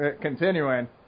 continuing